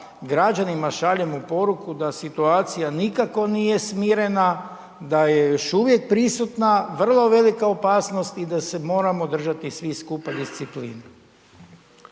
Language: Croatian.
građanima šaljemo poruku da situacija nikako nije smirena, da je još uvijek prisutna vrlo velika opasnost i da se moramo držati svi skupa discipline.